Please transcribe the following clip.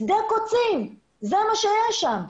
שדה קוצים, זה מה שהיה שם.